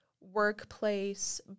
workplace